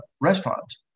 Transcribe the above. restaurants